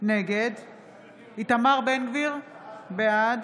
נגד איתמר בן גביר, בעד